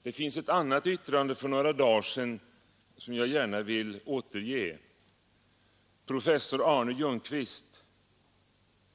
För några dagar sedan fälldes ett annat yttrande som jag gärna vill återge. Professor Arne Ljungqvist,